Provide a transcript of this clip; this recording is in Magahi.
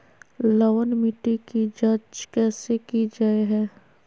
लवन मिट्टी की जच कैसे की जय है?